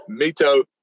Mito